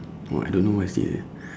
!wah! I don't know what is it eh